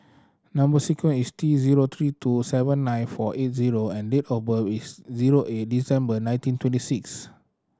number sequence is T zero three two seven nine four eight zero and date of birth is zero eight December nineteen twenty six